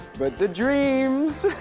but the dreams,